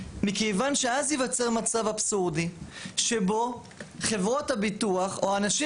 כיוון שאז ייווצר מצב אבסורדי שבו חברות הביטוח או אנשים